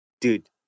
Dude